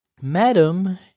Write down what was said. Madam